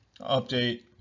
update